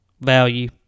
value